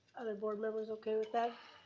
are the board members okay with that?